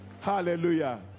hallelujah